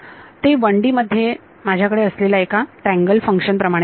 ते 1D मध्ये माझ्याकडे असलेल्या एका ट्रँगल फंक्शन प्रमाणे असेल